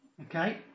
okay